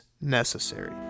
necessary